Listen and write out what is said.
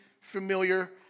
familiar